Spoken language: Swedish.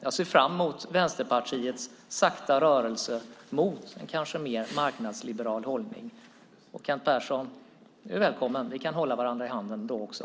Jag ser fram emot Vänsterpartiets sakta rörelse mot kanske en mer marknadsliberal hållning. Kent Persson är välkommen. Vi kan hålla varandra i handen då också.